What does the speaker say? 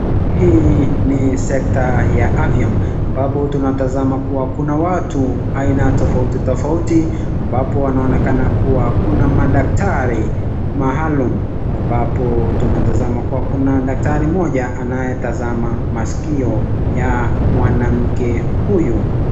Hii ni sekta ya afya ambapo tunatazama kuwa kuna watu aina tofauti tofauti, ambapo wanaonekana kuwa kuna madaktari mahaluum ambapo, tunatazama kuwa kuna daktari moja anayetazama maskio ya mwanamke huyu.